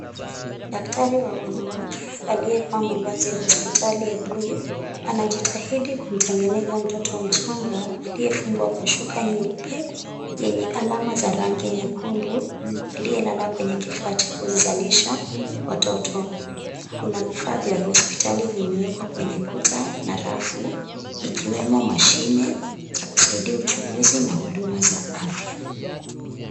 Daktari wa wanawake aliyevaa mavazi ya hospitali ya bluu, anajitahidi kumtengeneza mtoto mchanga aliyefungwa kwa shuka nyeupe yenye alama za rangi nyekundu aliyelala kwenye kifaa cha kuzalisha watoto. Kuna vifaa vya hospitali vimewekwa kwenye kuta na rafu ikiwemo mashine za kusaidia uchunguzi na huduma za afya.